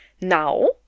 now